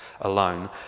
alone